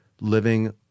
living